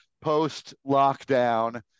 post-lockdown